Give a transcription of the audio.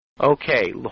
Okay